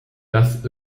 das